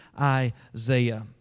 Isaiah